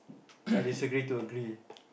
I disagree to agree